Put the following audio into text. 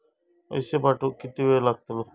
पैशे पाठवुक किती वेळ लागतलो?